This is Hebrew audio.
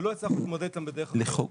שלא הצלחנו להתמודד איתם בדרך אחרת.